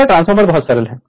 एक ट्रांसफार्मर बहुत सरल है